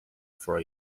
for